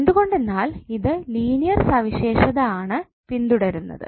എന്തുകൊണ്ടെന്നാൽ ഇത് ലീനിയർ സവിശേഷത ആണ് പിന്തുടരുന്നത്